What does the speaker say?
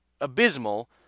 abysmal